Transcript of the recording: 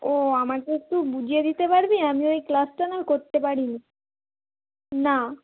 ও আমাকে একটু বুঝিয়ে দিতে পারবি আমি ওই ক্লাসটা না করতে পারি নি না